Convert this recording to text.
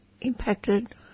impacted